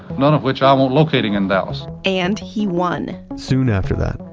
none of which i want locating in dallas. and he won soon after that,